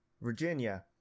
Virginia